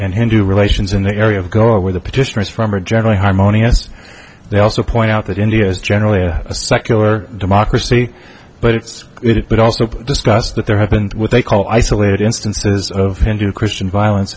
and hindu relations in the area of go where the petitioners from are generally harmonious and they also point out that india is generally a secular democracy but it's it but also discussed that there happened what they call isolated instances of hindu christian violence